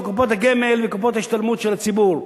קופות הגמל וקופות ההשתלמות של הציבור.